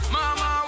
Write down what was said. Mama